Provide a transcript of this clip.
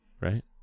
right